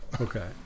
Okay